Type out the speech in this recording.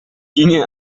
ginge